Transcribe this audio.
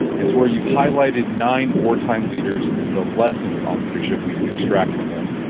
it's where you've highlighted nine wartime leaders and the lessons on leadership we can extract from them.